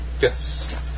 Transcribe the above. yes